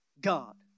God